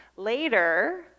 Later